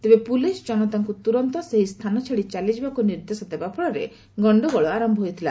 ତେବେ ପୁଲିସ୍ ଜନତାଙ୍କୁ ତୁରନ୍ତ ସେ ସ୍ଥାନ ଛାଡ଼ି ଚାଲିଯିବାକୁ ନିର୍ଦ୍ଦେଶ ଦେବା ଫଳରେ ଗଣ୍ଡଗୋଳ ଆରମ୍ଭ ହୋଇଥିଲା